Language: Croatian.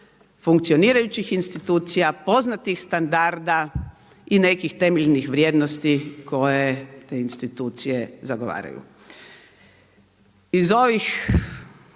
funkcionirajućih institucija, poznatih standarda i nekih temeljnih vrijednosti koje te institucije zagovaraju. Iz ovih